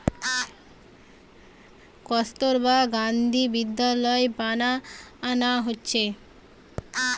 কস্তুরবা গান্ধী বিদ্যালয় বানানা হচ্ছে